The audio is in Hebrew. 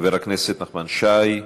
חבר הכנסת נחמן שי.